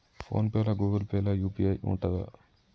Phone pay లా Google Pay లా UPI ఉంటదా?